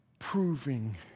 Proving